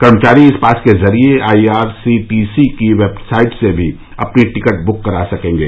कर्मचारी इस पास के जरिए I R C T C की वेबसाइट से भी अपनी टिकट बुक करा सकेंगे